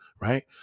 right